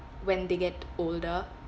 when they get older